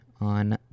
on